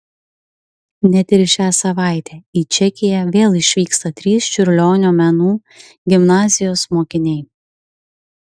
net ir šią savaitę į čekiją vėl išvyksta trys čiurlionio menų gimnazijos mokiniai